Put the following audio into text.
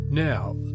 Now